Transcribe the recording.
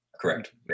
Correct